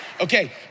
Okay